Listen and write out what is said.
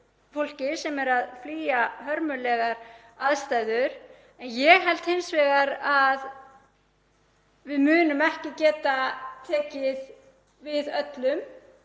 fólki sem er að flýja hörmulegar aðstæður. Ég held hins vegar að við munum ekki geta tekið við öllum.